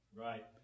Right